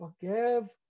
forgive